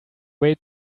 way